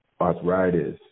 arthritis